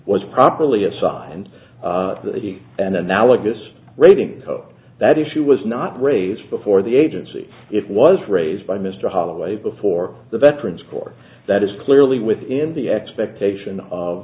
was properly aside and an analogous rating hope that issue was not raised before the agency it was raised by mr holloway before the veterans for that is clearly within the expectation of